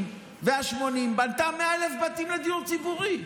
והשמונים בנתה 100,000 בתים לדיור ציבורי.